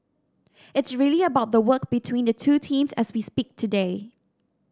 it's really about the work between the two teams as we speak today